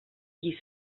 qui